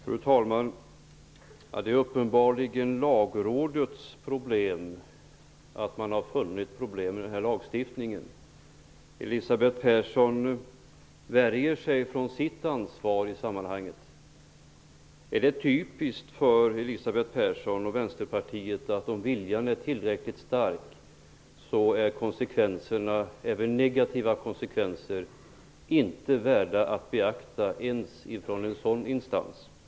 Fru talman! Det är uppenbarligen Lagrådets problem att man har funnit problem med det här förslaget till lagstiftning! Elisabeth Persson värjer sig för sitt ansvar i sammanhanget. Är det så att om viljan är tillräckligt stark är negativa konsekvenser inte värda att beakta, ens om de påpekas av en sådan instans som Lagrådet?